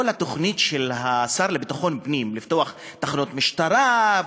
התוכנית של השר לביטחון פנים לפתוח תחנות משטרה,